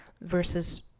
versus